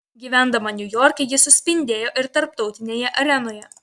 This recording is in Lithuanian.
gyvendama niujorke ji suspindėjo ir tarptautinėje arenoje